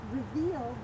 reveal